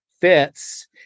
fits